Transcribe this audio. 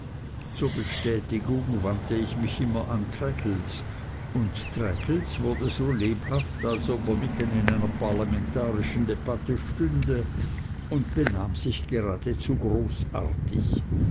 zur bestätigung wandte ich mich immer an traddles und traddles wurde so lebhaft als ob er mitten in einer parlamentarischen debatte stünde und benahm sich geradezu großartig